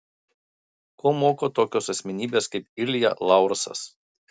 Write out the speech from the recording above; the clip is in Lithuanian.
ko moko tokios asmenybės kaip ilja laursas